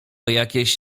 jakieś